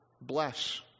bless